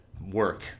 work